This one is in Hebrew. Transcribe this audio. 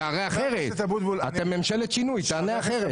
אתם הרי ממשלת שינוי, תענה אחרת.